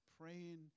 praying